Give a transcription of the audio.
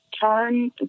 turn